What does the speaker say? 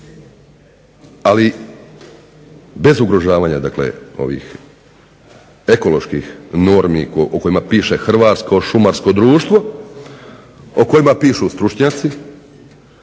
ali bez ugrožavanja ovih ekoloških normi o kojima piše Hrvatsko šumarsko društvo, o kojima pišu stručnjaci